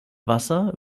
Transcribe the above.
wasser